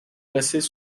placées